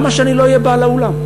למה שאני לא אהיה בעל האולם?